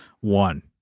one